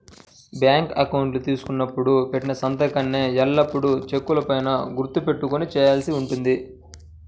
bank account తీసుకున్నప్పుడు పెట్టిన సంతకాన్నే ఎల్లప్పుడూ చెక్కుల పైన గుర్తు పెట్టుకొని చేయాల్సి ఉంటుంది